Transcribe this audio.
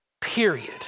period